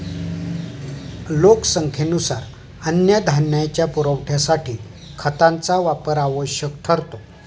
लोकसंख्येनुसार अन्नधान्याच्या पुरवठ्यासाठी खतांचा वापर आवश्यक ठरतो